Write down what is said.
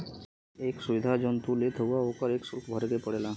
हर एक सुविधा जौन तू लेत हउवा ओकर एक सुल्क भरे के पड़ला